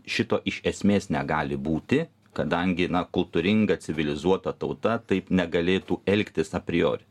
šito iš esmės negali būti kadangi na kultūringa civilizuota tauta taip negalėtų elgtis apriori